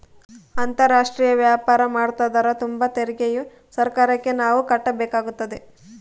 ಅಂತಾರಾಷ್ಟ್ರೀಯ ವ್ಯಾಪಾರ ಮಾಡ್ತದರ ತುಂಬ ತೆರಿಗೆಯು ಸರ್ಕಾರಕ್ಕೆ ನಾವು ಕಟ್ಟಬೇಕಾಗುತ್ತದೆ